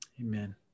Amen